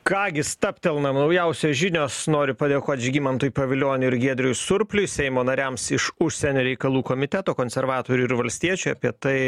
ką gi stabtelnam naujausios žinios noriu padėkot žygimantui pavilioniui ir giedriui surpliui seimo nariams iš užsienio reikalų komiteto konservatorių ir valstiečių apie tai